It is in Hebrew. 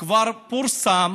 וכבר פורסם